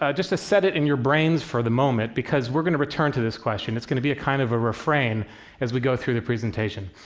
ah just to set it in your brains for the moment, because we're going to return to this question. it's going to be a kind of a refrain as we go through the presentation.